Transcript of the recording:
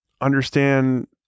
understand